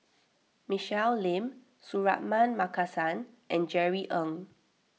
Michelle Lim Suratman Markasan and Jerry Ng